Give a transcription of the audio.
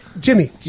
Jimmy